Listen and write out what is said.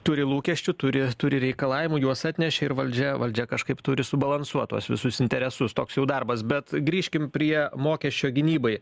turi lūkesčių turi turi reikalavimų juos atnešė ir valdžia valdžia kažkaip turi subalansuot tuos visus interesus toks jau darbas bet grįžkim prie mokesčio gynybai